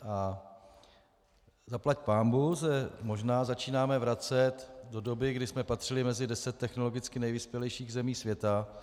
A zaplať pánbůh se možná začínáme vracet do doby, kdy jsme patřili mezi deset technologicky nejvyspělejších zemí světa.